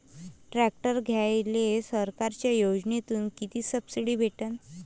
Tractor घ्यायले सरकारच्या योजनेतून किती सबसिडी भेटन?